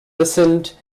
listened